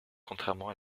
contrairement